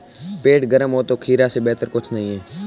पेट गर्म हो तो खीरा से बेहतर कुछ नहीं